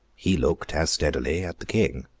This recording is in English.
he looked, as steadily, at the king.